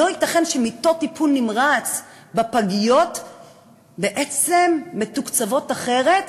לא ייתכן שמיטות טיפול נמרץ בפגיות בעצם מתוקצבות אחרת,